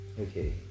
okay